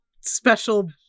special